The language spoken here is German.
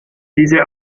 diese